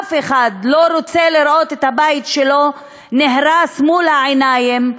אף אחד לא רוצה לראות את הבית שלו נהרס מול העיניים.